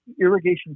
irrigation